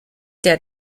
der